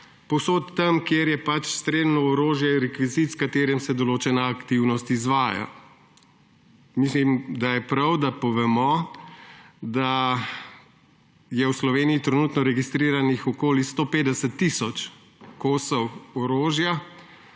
povsod tam, kjer je strelno orožje rekvizit, s katerim se določena aktivnost izvaja. Mislim, da je prav, da povemo, da je v Sloveniji trenutno registriranih okoli 150 tisoč kosov orožja,